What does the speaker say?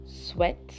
sweat